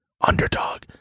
underdog